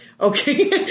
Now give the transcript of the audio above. Okay